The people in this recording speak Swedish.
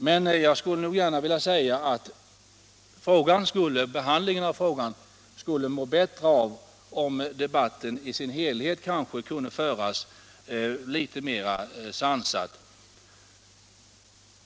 Men jag skulle gärna vilja säga att behandlingen av frågan skulle gå lättare, om debatten i dess helhet kunde föras litet mera sansat.